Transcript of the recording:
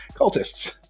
cultists